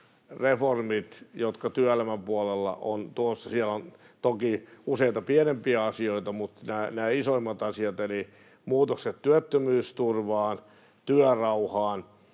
reformit, jotka työelämän puolella ovat tulossa — siellä on toki useita pienempiä asioita, mutta nämä isoimmat asiat — eli muutokset työttömyysturvaan, työrauhaan